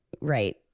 right